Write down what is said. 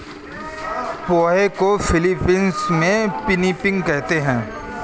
पोहे को फ़िलीपीन्स में पिनीपिग कहते हैं